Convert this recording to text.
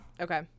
okay